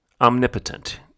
omnipotent